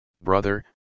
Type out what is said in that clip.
brother